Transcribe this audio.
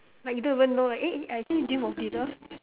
like you don't even know [what] eh I actually dream of this ah